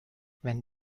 when